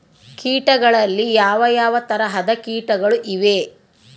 ಕೇಟಗಳಲ್ಲಿ ಯಾವ ಯಾವ ತರಹದ ಕೇಟಗಳು ಇವೆ?